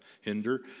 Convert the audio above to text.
hinder